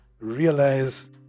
realize